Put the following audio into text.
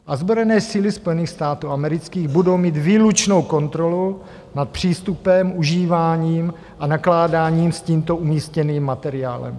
Ozbrojené síly Spojených států amerických budou mít výlučnou kontrolu nad přístupem, užíváním a nakládáním s tímto umístěným materiálem.